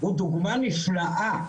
הוא דוגמא נפלאה